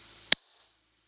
so